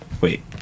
Wait